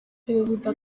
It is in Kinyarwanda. perezida